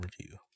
review